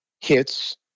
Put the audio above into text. hits